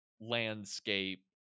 landscape